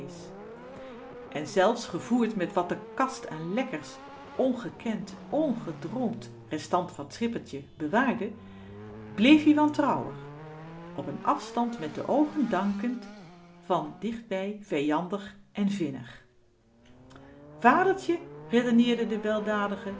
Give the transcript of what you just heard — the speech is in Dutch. en zelfs gevoerd met wat de kast aan lekkers ongekend ongedroomd restant van t schippertje bewaarde bleef-ie wantrouwig op n afstand met de oogen dankend van dichtbij vijandig en vinnig vadertje redeneerde de weldadige